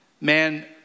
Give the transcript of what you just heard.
Man